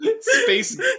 space